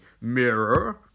Mirror